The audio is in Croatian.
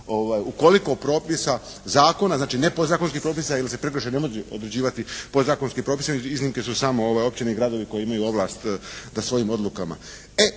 koliko propisa zakona, znači ne podzakonskih propisa jer se prekršaj ne može određivati podzakonskim propisima jer iznimke su samo općine i gradovi koji imaju ovlast da svojim odlukama.